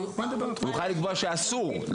הוא יוכל לקבוע שאסור.